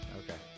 okay